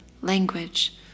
language